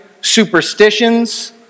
superstitions